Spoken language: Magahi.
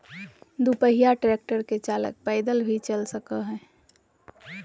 दू पहिया ट्रेक्टर के चालक पैदल भी चला सक हई